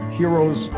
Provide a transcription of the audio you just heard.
heroes